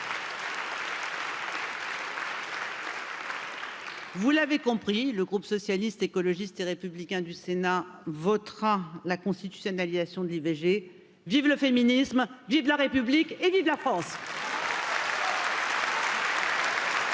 Vous l'avez compris, le groupe socialiste, écologiste et républicain du Sénat votera la constitutionnalisation de l'ivg vive le féminisme Vi de la République et vive de la France.